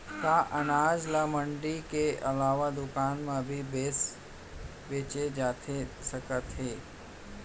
का अनाज ल मंडी के अलावा दुकान म भी बेचे जाथे सकत हे?